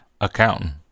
accountant